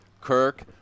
Kirk